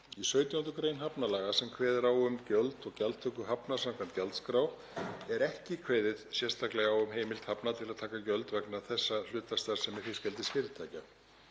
Í 17. gr. hafnalaga sem kveður á um gjöld og gjaldtöku hafna samkvæmt gjaldskrá er ekki kveðið sérstaklega á um heimild hafna til að taka gjöld vegna þessa hluta starfsemi fiskeldisfyrirtækja.